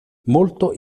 molto